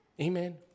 Amen